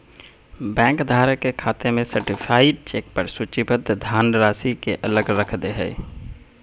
bank धारक के खाते में सर्टीफाइड चेक पर सूचीबद्ध धनराशि के अलग रख दे हइ